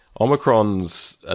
Omicron's